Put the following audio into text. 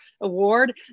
award